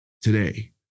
today